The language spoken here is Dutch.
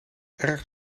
erg